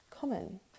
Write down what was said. common